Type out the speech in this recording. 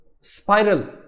spiral